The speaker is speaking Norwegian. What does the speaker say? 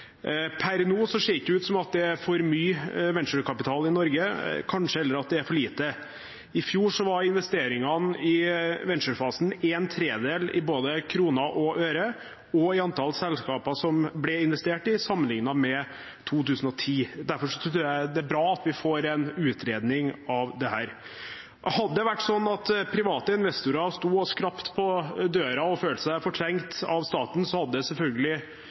Per nå ser det ikke ut som om det er for mye venturekapital i Norge, kanskje heller for lite. I fjor var investeringene i venturefasen en tredjedel både i kroner og øre og i antall selskaper som det ble investert i, sammenlignet med 2010. Derfor tror jeg det er bra at vi får en utredning av dette. Hadde det vært sånn at private investorer sto og skrapte på døren og følte seg fortrengt av staten, hadde det selvfølgelig